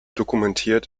dokumentiert